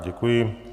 Děkuji.